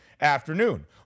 afternoon